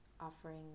offering